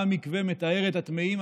מה מקווה מטהר את הטמאים,